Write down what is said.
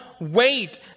Wait